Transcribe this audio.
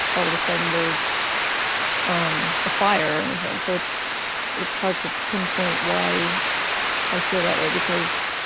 all of a sudden, there's um a fire or anything. so it's it's hard to pinpoint why i feel that way because